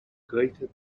greater